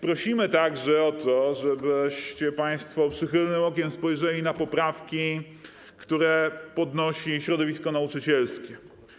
Prosimy także o to, żebyście państwo przychylnym okiem spojrzeli na poprawki, które podnosi środowisko nauczycielskie.